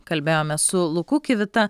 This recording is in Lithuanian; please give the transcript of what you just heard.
kalbėjome su luku kivita